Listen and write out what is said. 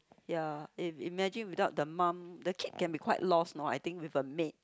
ya if imagine without the mum the kid can be quite lost know I think with a maid